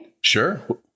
sure